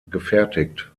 gefertigt